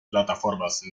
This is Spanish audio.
plataformas